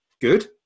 good